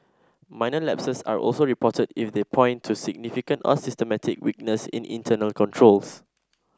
minor lapses are also reported if they point to significant or systemic weaknesses in internal controls